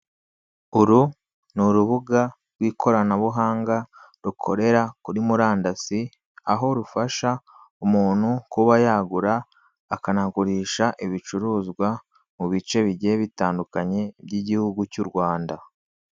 Uru ni urubuga rw'ikoranabuhanga rukorera kuri murandasi aho rufasha umuntu kuba yagura akanagurisha ibicuruzwa mu bice bigiye bitandukanye by'gihugu cy' u rwanda.